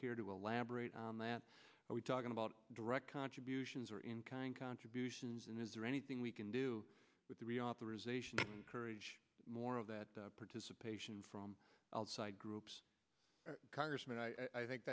care to elaborate on that are we talking about direct contributions or in kind contributions and is there anything we can do with the reauthorization courage more of that participation from outside groups congressman i think